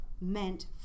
meant